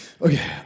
okay